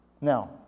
Now